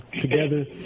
together